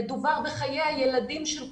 מדובר בחיי הילדים של כולנו.